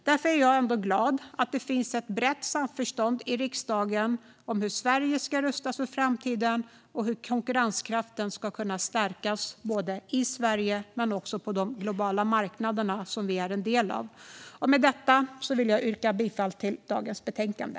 Därför är jag ändå glad att det finns ett brett samförstånd i riksdagen om hur Sverige ska rustas för framtiden och hur konkurrenskraften ska kunna stärkas, både i Sverige och på de globala marknader som vi är en del av. Med detta vill jag yrka bifall till utskottets förslag i dagens betänkande.